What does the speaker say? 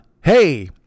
hey